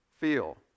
feel